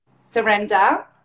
surrender